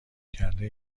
کرده